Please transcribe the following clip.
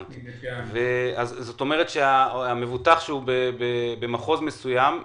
זאת אומרת שמבוטח שגר במקום מסוים,